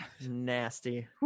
Nasty